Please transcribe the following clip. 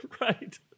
Right